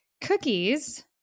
Cookies